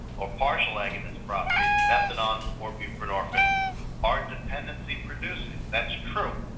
or partial agonist properties, methadone or buprenorphine are dependency producing. that's true.